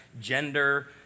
gender